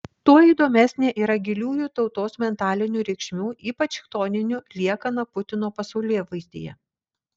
tuo įdomesnė yra giliųjų tautos mentalinių reikšmių ypač chtoninių liekana putino pasaulėvaizdyje